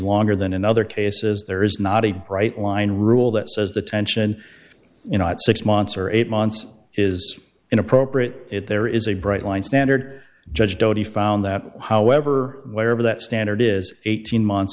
longer than in other cases there is not a bright line rule that says the tension you know at six months or eight months is inappropriate if there is a bright line standard judge doty found that however whatever that standard is eighteen months